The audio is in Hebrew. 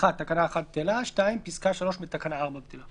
תקנה 1 בטלה, פסקה (3) בתקנה 4 בטלה,